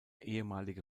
ehemalige